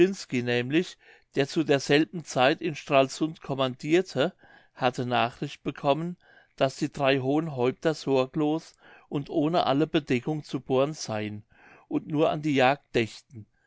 nämlich der zu derselben zeit in stralsund commandirte hatte nachricht bekommen daß die drei hohen häupter sorglos und ohne alle bedeckung zu born seien und nur an die